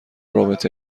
رابطه